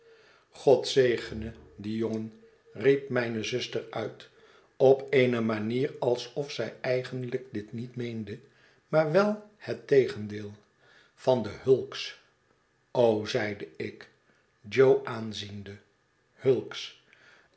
god zegene dien jongen riep mijne zuster uit op eene manier alsof zij eigenlijk dit niet meende maar wel hettegendeel van de hulks zeide ik jo aanziende hulks